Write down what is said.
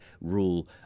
rule